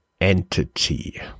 entity